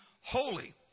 holy